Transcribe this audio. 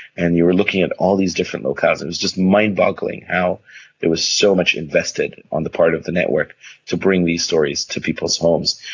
and you are looking at all these different locales and it was just mind-boggling, how there was so much invested on the part of the network to bring these stories to people's homes.